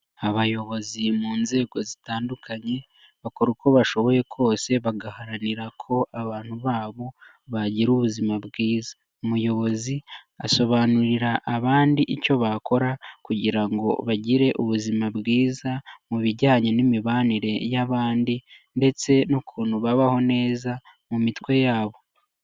Abayobozi mu nzego zitandukanye bakora uko bashoboye kose bagaharanira ko abantu babo bagira ubuzima bwiza. Umuyobozi asobanurira abandi icyo bakora kugira ngo bagire ubuzima bwiza mu bijyanye n'imibanire y'abandi ndetse n'ukuntu babaho neza mu mitwe yabo.